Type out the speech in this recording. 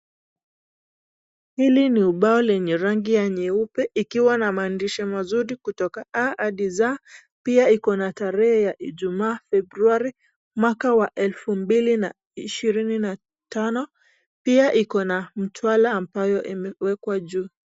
Hili ni ubao lenye rangi ya nyeupe ikiwa na maandishi mazuri kutoka A hadi Z pia iko na tarehe ya ijumaa februari mwaka wa elfu mbili na ishirini na tano. Pia iko na mtwala ambayo imewekwa juu.